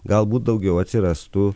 galbūt daugiau atsirastų